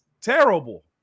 terrible